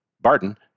Barton